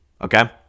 okay